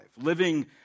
Living